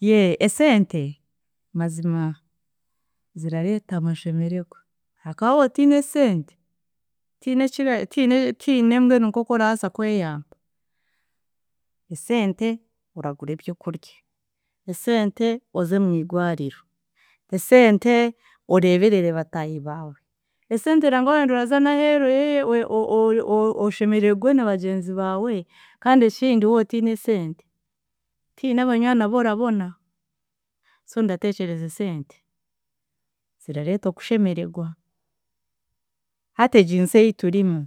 Yee esente, mazima zirareeta amashemeregwa, ahakuba wootiine esente, tihiine ekira tihine tihiine mbwenu nk'oku orasa kweyamba. Esente, oragura ebyokudya, esente oze mwigwariro, esente oreeberere bataahi baawe, esente nangwa waayenda oraza n'aheeru oyeye o- o- oshemeregwe na bagyenzi baawe. Kandi ekindi wootiine esente, tihiine abanywani aborabona so ndatekyereza esente zirareeta okushemeregwa. Hati eginsi ei tirimu,